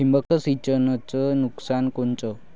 ठिबक सिंचनचं नुकसान कोनचं?